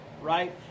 right